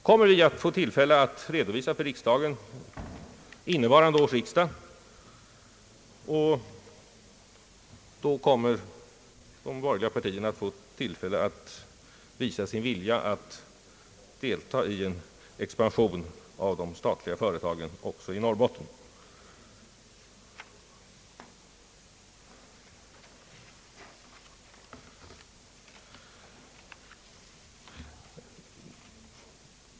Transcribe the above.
Resultatet härav kommer att redovisas under innevarande års riksdag, och då får de borgerliga partierna tillfälle att visa sin vilja att deltaga i en expansion av de statliga företagen också i Norrbotten.